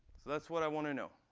that's what i want to know.